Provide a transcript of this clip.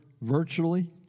virtually